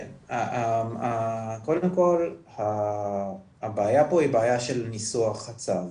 כן, קודם כל הבעיה פה היא בעיה של ניסוח הצו,